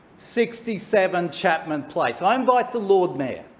sixty seven chapman place. i invite the lord mayor,